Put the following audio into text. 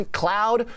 cloud